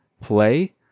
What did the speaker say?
play